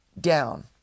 down